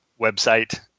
website